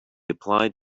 applied